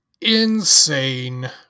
insane